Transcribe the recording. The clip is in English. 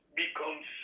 becomes